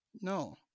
No